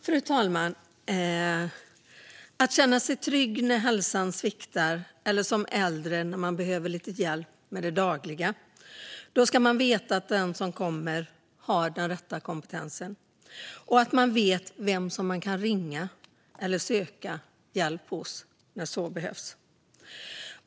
Fru talman! Om man ska känna sig trygg när hälsan sviktar eller när man, som äldre, behöver lite hjälp med det dagliga behöver man veta vem man kan ringa eller söka hjälp hos när så behövs och att den som kommer har den rätta kompetensen.